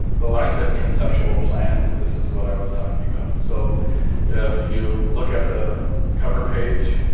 but when i said conceptual plan, this is what i was talking about. so if you look at the coverpage,